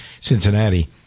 Cincinnati